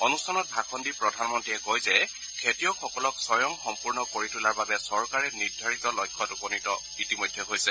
অনুষ্ঠানত ভাষণ দি প্ৰধানমন্ত্ৰীয়ে কয় যে খেতিয়কসকলক স্বয়ংসম্পূৰ্ণ কৰি তোলাৰ বাবে চৰকাৰে নিৰ্ধাৰণ কৰি তোলাৰ লক্ষ্যত ইতিমধ্যে উপনীত হৈছে